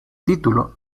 título